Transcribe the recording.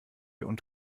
und